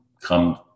come